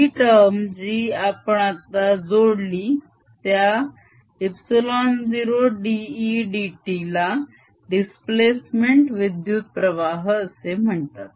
ही term जी आपण आता जोडली त्या ε0dE dt ला दिस्प्लेस मेंट विद्युत प्रवाह असे म्हणतात